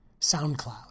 SoundCloud